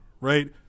right